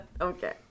okay